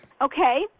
Okay